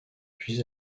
puis